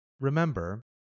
Remember